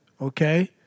Okay